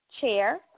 Chair